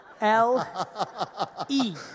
L-E